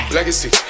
Legacy